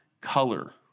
color